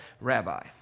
rabbi